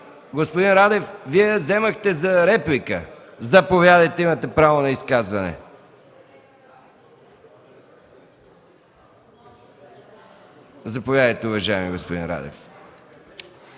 Господин Радев, Вие вземахте думата за реплика. Заповядайте, имате право на изказване. Заповядайте, уважаеми господин Радев.